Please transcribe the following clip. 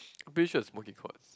pretty sure it's smokey quarts